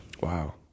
Wow